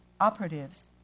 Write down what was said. operatives